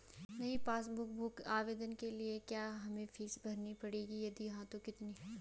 नयी passbook book आवेदन के लिए क्या हमें फीस भरनी पड़ेगी यदि हाँ तो कितनी?